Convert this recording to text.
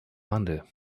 wandel